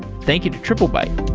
thank you to triplebyte